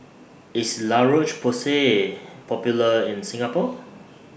IS La Roche Porsay Popular in Singapore